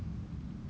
then